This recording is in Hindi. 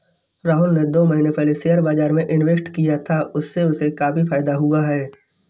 राहुल ने दो महीने पहले शेयर बाजार में इन्वेस्ट किया था, उससे उसे काफी फायदा हुआ है